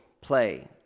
play